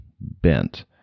bent